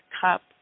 cup